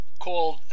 Called